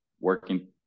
working